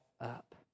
up